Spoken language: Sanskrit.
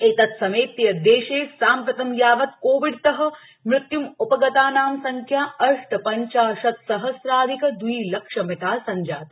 एतत् समेत्य देशे साम्प्रतं यावत् कोविडतः मृत्युमुपगतानां संख्या अष्टपञ्चाशत्सहस्राधिक द्विलक्षमिता सञ्जाता